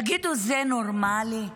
תגידו, זה נורמלי?